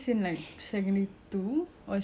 like early secondary school days